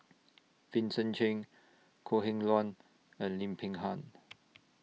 Vincent Cheng Kok Heng Leun and Lim Peng Han